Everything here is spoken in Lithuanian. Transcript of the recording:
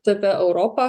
tada europa